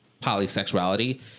polysexuality